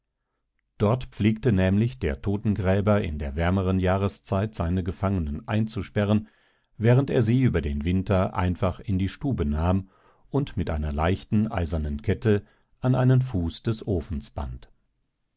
dort pflegte nämlich der totengräber in der wärmeren jahrszeit seine gefangenen einzusperren während er sie über den winter einfach in die stube nahm und mit einer leichten eisernen kette an einen fuß des ofens band